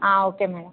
okay madam